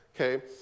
Okay